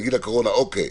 להגיד לקורונה: אוקיי,